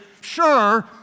sure